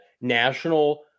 national